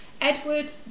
Edward